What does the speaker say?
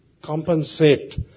Compensate